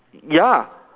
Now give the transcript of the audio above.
ya